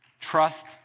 trust